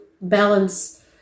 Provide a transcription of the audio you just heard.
balance